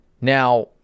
Now